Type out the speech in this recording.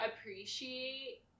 appreciate